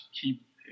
keep